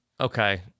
Okay